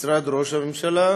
משרד ראש הממשלה,